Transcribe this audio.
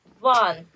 one